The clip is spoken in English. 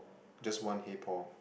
just one hey Paul